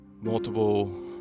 multiple